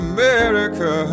America